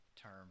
term